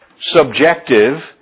subjective